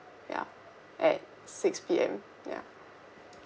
ya at six P_M ya